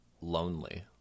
lonely